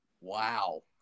Wow